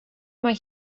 mae